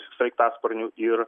sraigtasparnių ir